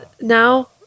now